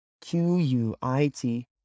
Q-U-I-T